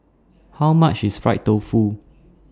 How much IS Fried Tofu